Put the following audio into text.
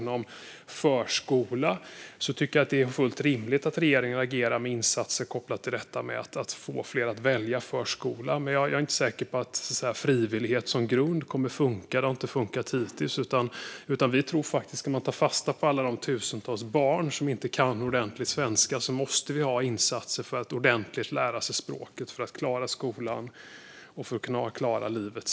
När det gäller förskola är det fullt rimligt att regeringen agerar med insatser kopplat till att få fler att välja förskola. Men jag är inte säker på att frivillighet som grund kommer att fungera. Det har inte fungerat hittills. Om man ska ta fasta på alla de tusentals barn som inte kan ordentlig svenska tror vi att det måste finnas insatser för att lära sig språket ordentligt, för att klara skolan och senare klara livet.